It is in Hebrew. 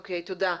תןדה.